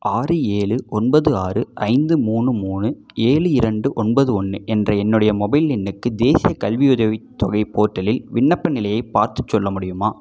ஆறு ஏழு ஒன்பது ஆறு ஐந்து மூணு மூணு ஏழு இரண்டு ஒன்பது ஒன்று என்ற என்னுடைய மொபைல் எண்ணுக்கு தேசியக் கல்வியுதவித் தொகை போர்ட்டலில் விண்ணப்ப நிலையைப் பார்த்துச் சொல்ல முடியுமா